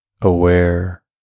aware